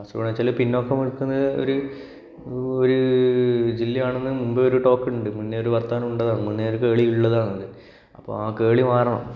കാസർഗോഡ് എന്ന് വെച്ചാല് പിന്നോക്കം നിൽക്കുന്ന ഒരു ഒരു ജില്ലയാണെന്ന് മുൻപ് ഒരു ടോക്ക് ഉണ്ട് മുന്നേ ഒരു വർത്താനം ഉണ്ട് അതാണ് മുന്നേ ഒരു കേൾവി ഉള്ളതാണ് അപ്പോൾ ആ കേൾവി മാറണം